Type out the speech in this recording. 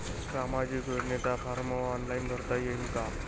सामाजिक योजनेचा form online भरता येईन का?